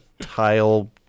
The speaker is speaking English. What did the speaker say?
tile